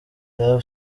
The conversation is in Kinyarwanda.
rev